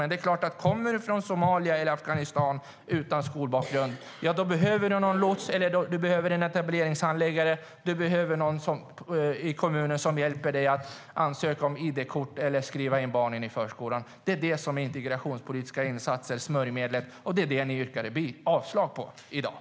Men det är klart att om du kommer från Somalia eller Afghanistan utan skolbakgrund, då behöver du en lots eller en etableringshandläggare, behöver någon i kommunen som hjälper dig att ansöka om id-kort eller skriva in barnen i förskolan. Det är integrationspolitiska insatser, smörjmedel. Det är det ni yrkar avslag på i dag.